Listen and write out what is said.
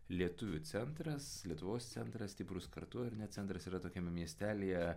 lietuvių centras lietuvos centras stiprūs kartu ar ne centras yra tokiame miestelyje